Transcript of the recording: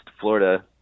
Florida